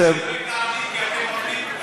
אני דואג לערבים כי אתם מפלים אותם.